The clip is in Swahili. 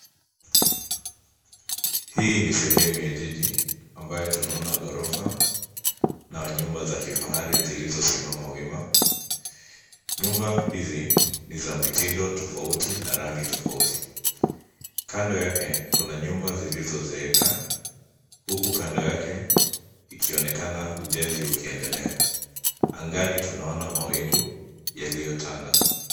Hii ni sehemu ya jiji ambayo tunaona ghorofa na nyumba za kifahari zilizo simama wima. Nyumba hizi ni za mitindo tofauti na rangi tofauti. Kando yake kuna nyumba zilizozeeka huku kando yake ikionekana ujenzi ukiendelea. Angani tunaona mawingu yaliyotanda.